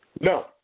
No